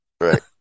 Right